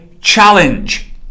challenge